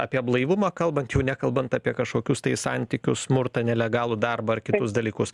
apie blaivumą kalbant jau nekalbant apie kažkokius tai santykius smurtą nelegalų darbą ar kitus dalykus